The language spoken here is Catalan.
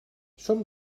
som